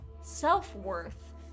self-worth